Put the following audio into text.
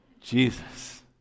Jesus